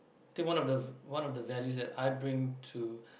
I think one the v~ one of the values that I bring to